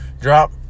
drop